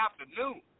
afternoon